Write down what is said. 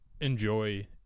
enjoy